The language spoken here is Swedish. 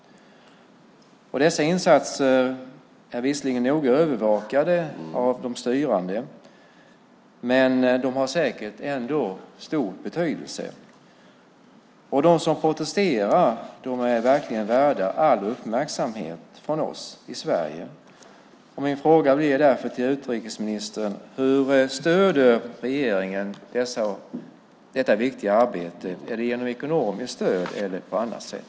Dessa insatser är visserligen noga övervakade av de styrande, men de har säkert ändå stor betydelse. De som protesterar är verkligen värda all uppmärksamhet från oss i Sverige. Min fråga till utrikesministern blir därför: Hur stöder regeringen detta viktiga arbete? Är det genom ekonomiskt stöd eller på annat sätt?